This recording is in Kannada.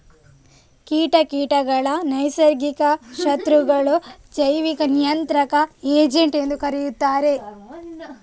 ಕೀಟ ಕೀಟಗಳ ನೈಸರ್ಗಿಕ ಶತ್ರುಗಳು, ಜೈವಿಕ ನಿಯಂತ್ರಣ ಏಜೆಂಟ್ ಎಂದೂ ಕರೆಯುತ್ತಾರೆ